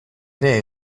ere